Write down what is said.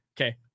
Okay